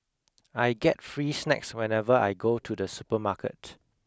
I get free snacks whenever I go to the supermarket